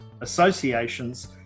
associations